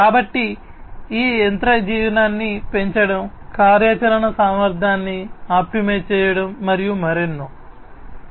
కాబట్టి యంత్ర జీవితాన్ని పెంచడం కార్యాచరణ సామర్థ్యాన్ని ఆప్టిమైజ్ చేయడం మరియు మరెన్నో